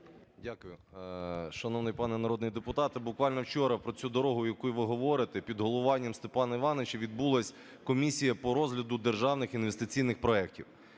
Дякую. Шановний пане народний депутате, буквально вчора про цю дорого, про яку ви говорите, під головуванням Степана Івановича відбулась комісія по розгляду державних інвестиційних проектів.